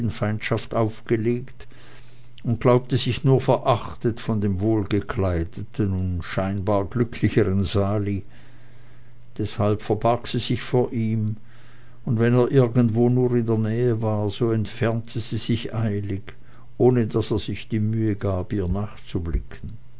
feindschaft aufgelegt und glaubte sich nur verachtet von dem wohlgekleideten und scheinbar glücklicheren sali deshalb verbarg sie sich vor ihm und wenn er irgendwo nur in der nähe war so entfernte sie sich eilig ohne daß er sich die mühe gab ihr